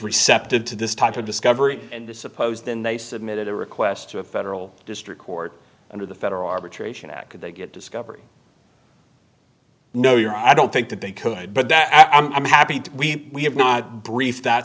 receptive to this type of discovery and the supposed then they submitted a request to a federal district court under the federal arbitration act of they get discovery no your i don't think that they could but that i'm happy to we have not brief that